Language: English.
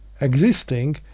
existing